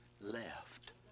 left